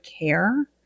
care